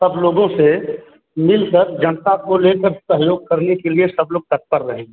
सब लोगों से मिलकर जनता को लेकर सहयोग करने के लिए सब लोग तत्पर रहेंगे